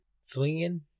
swinging